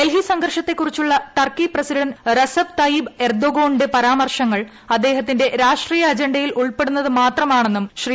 ഡൽഹി സംഘർഷത്തെ കുറിച്ചുള്ള Turkey president Recep Tayyip എർദോഗന്റെ പരാമർശങ്ങൾ അദ്ദേഹത്തിന്റെ രാഷ്ട്രീയ അജ യിൽ ഉൾപ്പെടുന്നത് മാത്രമാണെന്നും ശ്രീ